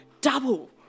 double